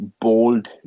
bold